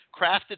crafted